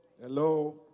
Hello